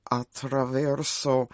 attraverso